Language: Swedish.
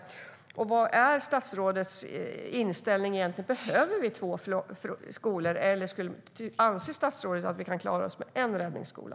Vilken är statsrådets inställning: Behöver vi två skolor? Eller anser statsrådet att vi kan klara oss med en räddningsskola?